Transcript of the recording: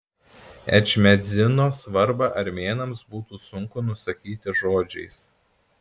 ečmiadzino svarbą armėnams būtų sunku nusakyti žodžiais